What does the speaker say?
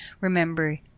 Remember